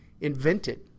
invented